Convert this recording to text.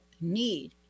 need